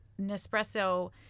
Nespresso